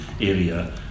area